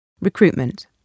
Recruitment